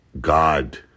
God